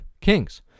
Kings